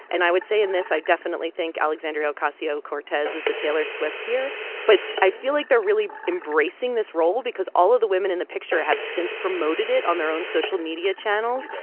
and i would say in this i definitely think alexandria ocasio-cortez is the taylor swift here but i feel like they're really embracing this role because all of the women in the picture have since promoted it on their own social media channels.